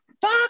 fuck